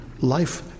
life